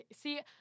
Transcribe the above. see